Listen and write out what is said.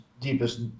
deepest